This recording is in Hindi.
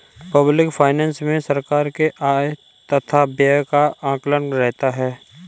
पब्लिक फाइनेंस मे सरकार के आय तथा व्यय का आकलन रहता है